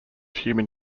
human